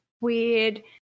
weird